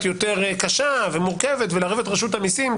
יותר קשה ומורכבת ולערב את רשות המיסים,